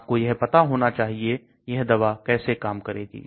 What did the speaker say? आपको यह पता होना चाहिए यह दवा कैसे काम करेगी